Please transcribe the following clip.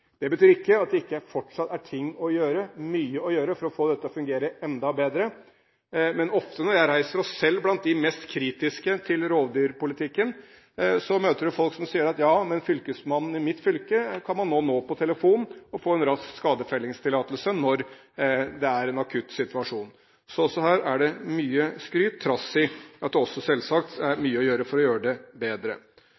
Det betyr ikke at det ikke fortsatt er mye å gjøre for å få dette til å fungere enda bedre. Men ofte når jeg reiser, møter jeg folk selv blant de mest kritiske til rovdyrpolitikken som sier at jammen fylkesmannen i mitt fylke kan man nå på telefon og få en rask skadefellingstillatelse når det er en akutt situasjon. Så også her er det mye skryt, trass i at det selvsagt er